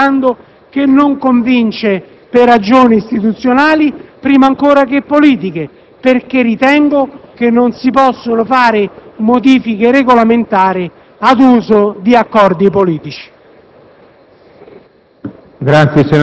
sulla scelta che si sta operando, che non convince per ragioni istituzionali prima ancora che politiche. Ritengo che non si possano introdurre modifiche regolamentari ad uso di accordi politici.